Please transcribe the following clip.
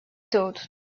thought